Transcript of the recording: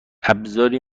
ابزاری